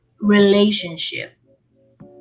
relationship